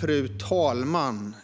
Fru talman!